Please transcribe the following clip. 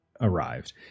arrived